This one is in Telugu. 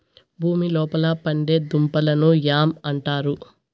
భూమి లోపల పండే దుంపలను యామ్ అంటారు